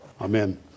Amen